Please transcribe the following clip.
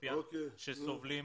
באתיופיה שסובלות